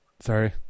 Sorry